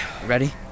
Ready